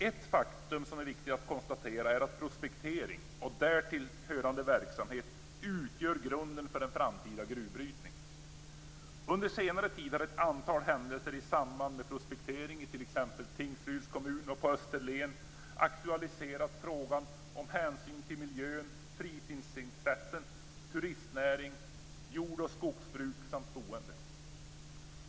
Ett faktum som är viktigt att konstatera är att prospektering och därtill hörande verksamhet utgör grunden till en framtida gruvbrytning. Under senare tid har ett antal händelser i samband med prospektering i t.ex. Tingsryds kommun och på Österlen aktualiserat frågor om hänsyn till miljön, till fritidsintressen, till turistnäring, till jord och skogsbruk samt till boende.